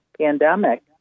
pandemic